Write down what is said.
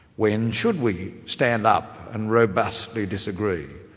when should we stand up and robustly disagree?